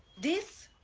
this?